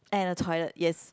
and the toilet yes